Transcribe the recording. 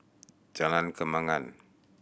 Jalan Kembangan